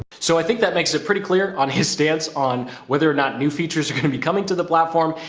so i think that makes it pretty clear on his stance on whether or not new features are going to be coming to the platform.